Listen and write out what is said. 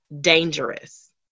dangerous